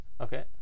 Okay